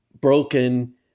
broken